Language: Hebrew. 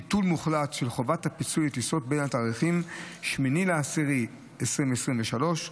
ביטול מוחלט של חובת הפיצוי על טיסות בתאריכים 8 באוקטובר 2023,